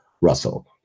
Russell